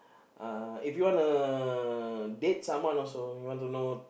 uh if you wana date someone also you want to know